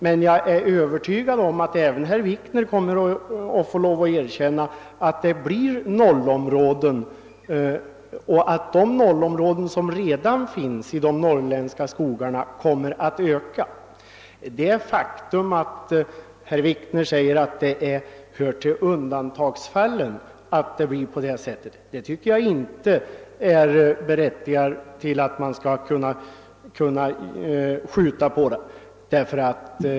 Men jag är övertygad om att även herr Wikner får lov att erkänna att det uppstår ytterligare nollområden och att de nollområden som redan finns i de norrländska skogarna kommer att öka. Herr Wikner säger att det hör till undantags fallen att det uppstår nollområden. Det tycker jag inte är något skäl att skjuta på saken.